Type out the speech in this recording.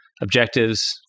Objectives